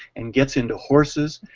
and gets into horses,